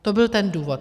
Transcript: To byl ten důvod.